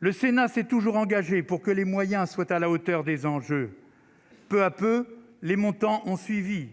le Sénat s'est toujours engagé pour que les moyens soient à la hauteur des enjeux, peu à peu les montants ont suivi,